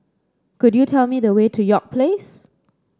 could you tell me the way to York Place